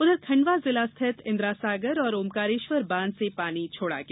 उधर खंडवा जिला स्थित इंद्रासागर और ओंकारेश्वर बांध से पानी छोड़ा गया